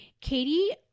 Katie